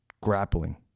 grappling